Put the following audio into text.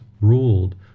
ruled